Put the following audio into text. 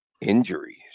injuries